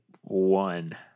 one